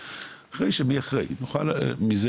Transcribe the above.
אחרי שנמצא תשובה למי אחראי נדאג שיהיה אחראי